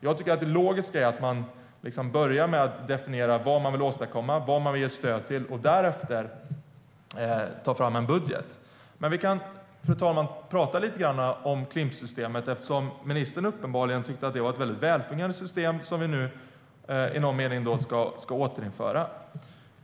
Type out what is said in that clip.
Jag tycker att det logiska är att man börjar med att definiera vad man vill åstadkomma, vad man vill ge stöd till och därefter tar fram en budget. Fru talman! Vi kan tala lite grann om Klimpsystemet. Ministern tycker uppenbarligen att det var ett väldigt välfungerande system som vi nu i någon mening ska återinföra.